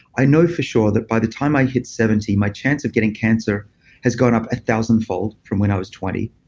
i know for sure that by the time i hit seventy, my chance of getting cancer has gone up a thousandfold from when i was twenty.